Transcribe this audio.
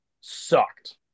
sucked